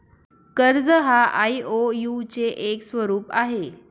कर्ज हा आई.ओ.यु चे एक स्वरूप आहे